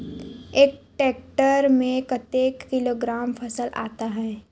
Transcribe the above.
एक टेक्टर में कतेक किलोग्राम फसल आता है?